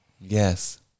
Yes